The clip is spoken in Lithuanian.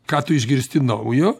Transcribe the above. ką tu išgirsti naujo